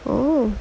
oh